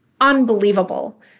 unbelievable